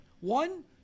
One